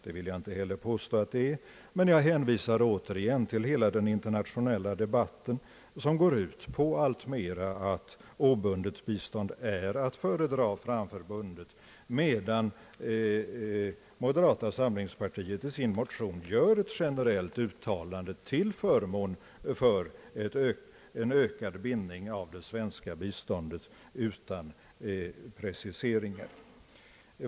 Det vill jag inte heller påstå att det är, men jag hänvisar återigen till hela den internationella debatten, som alltmera går ut på att obundet bistånd är att föredra framför bundet, medan moderata samlingspartiet i sin motion gör ett generellt uttalande till förmån för en ökad bindning av det svenska biståndet utan precisering.